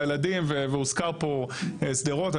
והילדים והוזכרה פה שדרות,